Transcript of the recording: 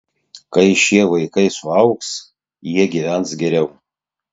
kai šie vaikai suaugs jie gyvens geriau